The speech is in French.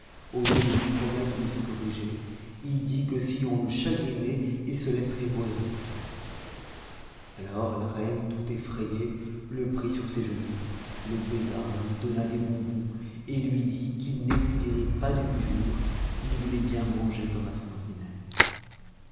au lieu de lui promettre de se corriger il dit que si on le chagrinait il se laisserait mourir de faim alors la reine tout effrayée le prit sur ses genoux le baisa lui donna des bonbons et lui dit qu'il n'étudierait pas de huit jours s'il voulait bien manger comme à son ordinaire